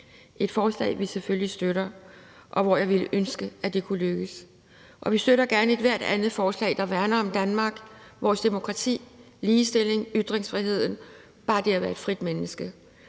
et forslag, som vi selvfølgelig støtter, og hvor ville jeg ønske, at det kunne lykkes. Vi støtter gerne ethvert andet forslag, der værner om Danmark, vores demokrati, ligestilling, ytringsfriheden og bare det at være et frit menneske,